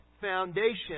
foundation